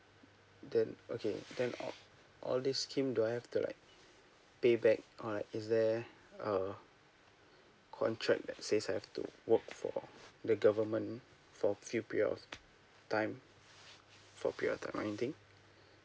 then okay then all this scheme do I have to like pay back or like is there uh contract that says have to work for the government for few period of time for period of time or anything